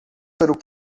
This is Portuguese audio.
pássaro